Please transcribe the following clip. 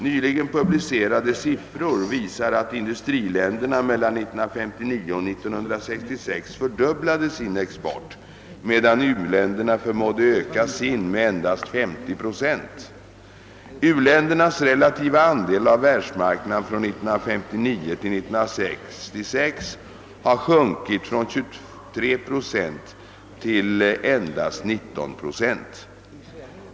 Nyligen publicerade siffror visar att industriländerna mellan 1959 och 1966 fördubblade sin export, medan u-länderna förmådde öka sin med endast 50 procent. U ländernas relativa andel av världshandeln har från 1959 till 1966 sjunkit från 23 procent till endast 19 procent.